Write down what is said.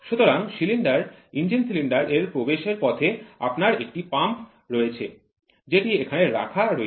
সুতরাং cylinder engine cylinder এর প্রবেশের পথে আপনার একটি পাম্প রয়েছে যেটি এখানে রাখা রয়েছে